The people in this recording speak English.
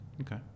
Okay